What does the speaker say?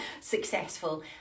successful